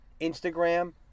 Instagram